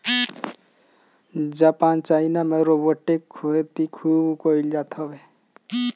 Japan China में robotic खेती खूब कईल जात हवे